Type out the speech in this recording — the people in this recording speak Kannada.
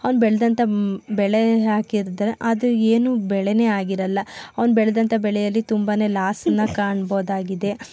ಅವ್ನು ಬೆಳ್ದಂಥ ಬೆಳೆ ಹಾಕಿದ್ರೆ ಅದು ಏನು ಬೆಳೆನೇ ಆಗಿರಲ್ಲ ಅವ್ನು ಬೆಳೆದಂಥ ಬೆಳೆಯಲ್ಲಿ ತುಂಬನೇ ಲಾಸ್ನ ಕಾಣ್ಬೋದಾಗಿದೆ